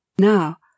Now